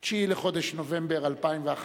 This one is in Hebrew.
(9 בנובמבר 2011)